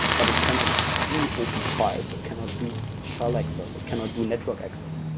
but it cannot do open files. it cannot do shell access. it cannot do network access.